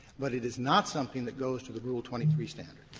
but it is not something that goes to the rule twenty three standard.